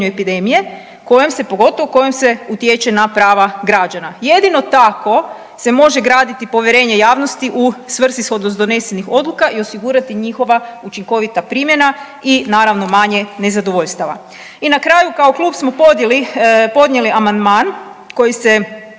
epidemije kojom se pogotovo kojom se utječe na prava građana. Jedino tako se može graditi povjerenje javnosti u svrsishodnost donesenih odluka i osigurati njihova učinkovita primjena i naravno manje nezadovoljstava. I na kraju. Kao Klub smo podnijeli amandman koji se